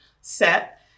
set